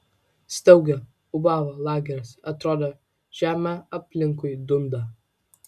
staugė ūbavo lageris atrodė žemė aplinkui dunda